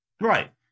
Right